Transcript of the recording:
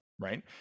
Right